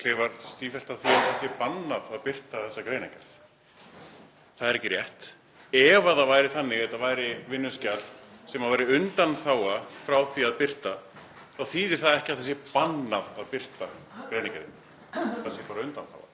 Það er ekki rétt. Ef það væri þannig að þetta væri vinnuskjal sem væri undanþága frá því að birta, þá þýðir það ekki að það sé bannað að birta greinargerðina, það væri bara undanþága,